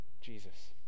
Jesus